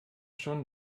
schon